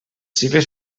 cicles